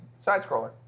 side-scroller